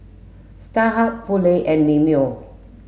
Starhub Poulet and Mimeo